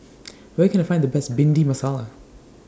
Where Can I Find The Best Bhindi Masala